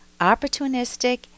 opportunistic